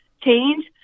change